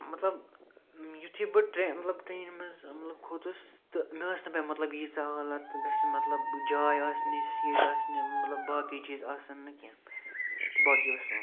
مَطلَب یُتُھے بہٕ ٹرٛینہِ مَطلَب ٹرٛینہِ مَنٛز مَطلَب کھوٚتُس تہٕ مےٚ ٲس نہٕ پےَ مَطلَب ییٖژاہ حالت گَژھِ مَطلَب جاے آسہِ نہٕ یہِ سیٖٹ آسہِ نہٕ مَطلَب باقٕے چیٖز آسَن نہٕ کیٚنٛہہ تہٕ باقٕے وَسَلام